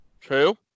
True